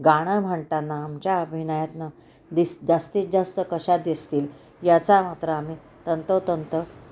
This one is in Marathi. गाणं म्हणताना आमच्या अभिनयातनं दिस जास्तीत जास्त कशा दिसतील याचा मात्र आम्ही तंतोतंत